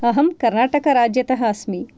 अहं कर्नाटकराज्यतः अस्मि